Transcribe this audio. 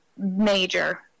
Major